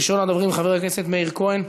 ראשון הדוברים, חבר הכנסת מאיר כהן,